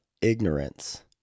ignorance